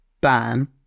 ban